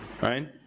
Right